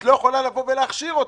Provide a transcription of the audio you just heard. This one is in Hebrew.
את לא יכולה להכשיר אותה.